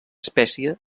espècie